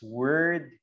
word